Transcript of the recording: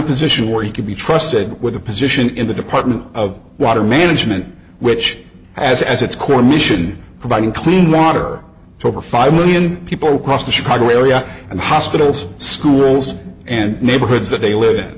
a position where he could be trusted with a position in the department of water management which has as its core mission providing clean water to over five million people across the chicago area and hospitals schools and neighborhoods that they